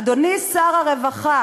אדוני שר הרווחה